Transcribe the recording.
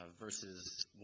verses